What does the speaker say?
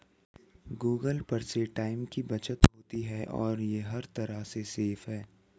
Google Pay से time की बचत होती है और ये हर तरह से सेफ है